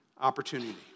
opportunity